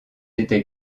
était